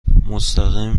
مستقیم